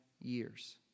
years